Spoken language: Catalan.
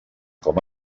com